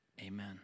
amen